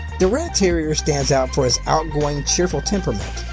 the rat terrier stands out for its outgoing, cheerful temperament.